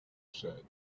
said